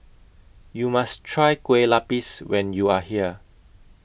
YOU must Try Kue Lupis when YOU Are here